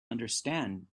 understand